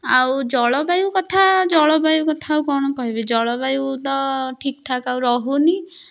ଆଉ ଜଳବାୟୁ କଥା ଜଳବାୟୁ କଥା ଆଉ କ'ଣ କହିବି ଜଳବାୟୁ ତ ଠିକ୍ ଠାକ୍ ଆଉ ରହୁନି